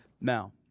Now